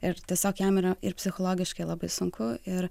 ir tiesiog jam yra ir psichologiškai labai sunku ir